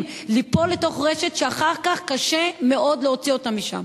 ליפול לתוך רשת שאחר כך קשה מאוד להוציא אותם משם.